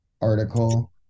article